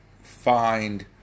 find